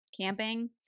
camping